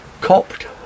Copped